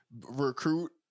recruit